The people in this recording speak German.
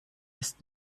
ist